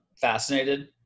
fascinated